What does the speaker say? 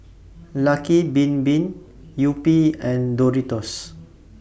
Lucky Bin Bin Yupi and Doritos